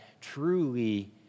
truly